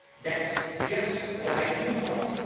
that's just what i do want,